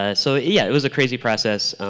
ah so yeah it was a crazy process.